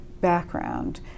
background